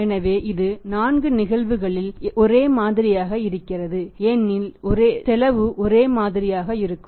எனவே இது 4 நிகழ்வுகளிலும் ஒரே மாதிரியாக இருக்கிறது ஏனெனில் செலவு ஒரே மாதிரியாக இருக்கும்